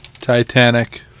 Titanic